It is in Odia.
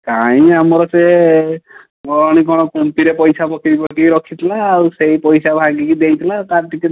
କାଇଁ ଆମର ସେ ଘରଣୀ କ'ଣ କୁମ୍ପିରେ ପଇସା ପକାଇ ପକାଇ ରଖିଥିଲା ଆଉ ସେହି ପଇସା ଭାଙ୍ଗିକି ଦେଇଥିଲା ତା'ର ଟିକେ